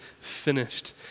finished